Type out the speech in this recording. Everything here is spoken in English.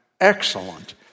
excellent